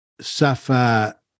suffer